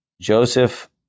Joseph